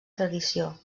tradició